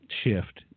shift